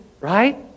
right